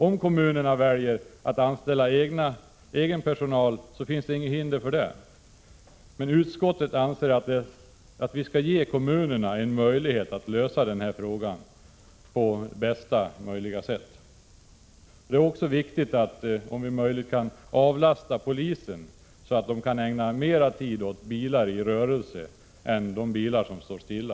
Om kommunerna väljer att anställa egen personal, så möter det inget hinder. Men utskottet föreslår att vi skall ge kommunerna en möjlighet att lösa denna fråga på bästa möjliga sätt. 4 Det är också viktigt att vi om möjligt avlastar polisen, så att den kan ägna 17 december 1986 mer tid åt bilar i rörelse än åt bilar som står stilla.